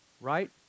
Right